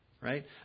Right